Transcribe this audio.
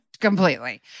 Completely